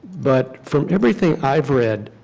but from everything i have read